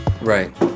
Right